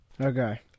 Okay